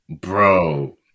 Bro